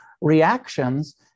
reactions